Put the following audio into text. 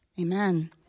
Amen